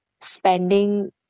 spending